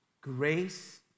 grace